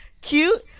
Cute